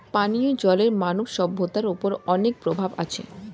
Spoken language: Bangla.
পানিও জলের মানব সভ্যতার ওপর অনেক প্রভাব আছে